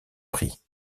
prix